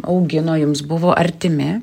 augino jums buvo artimi